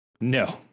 no